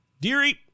Deary